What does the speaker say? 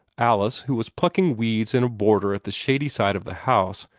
alice, who was plucking weeds in a border at the shady side of the house,